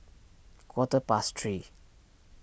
quarter past three